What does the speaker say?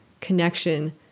connection